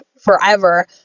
forever